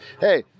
Hey